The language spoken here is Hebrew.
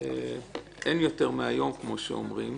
אין יותר מהיום, כמו שאומרים,